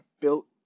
built